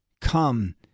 come